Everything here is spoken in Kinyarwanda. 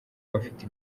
bafite